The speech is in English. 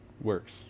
works